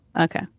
Okay